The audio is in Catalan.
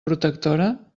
protectora